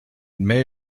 may